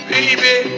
Baby